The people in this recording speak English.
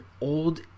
old